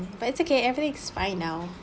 but it's okay everything is fine now